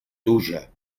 tuya